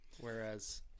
whereas